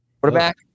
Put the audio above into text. Quarterback